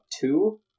two